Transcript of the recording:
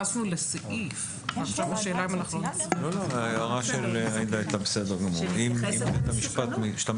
סעיף 6א. לאור ההערה של משרד הרווחה תיקנו